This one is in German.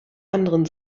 anderen